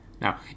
Now